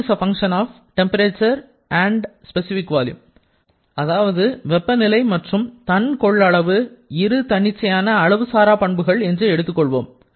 u f T v அதாவது வெப்பநிலை மற்றும் அதன் கொள்ளளவு இரு தன்னிச்சையான அளவு சாரா பண்புகள் என்று எடுத்துக்கொள்வோம்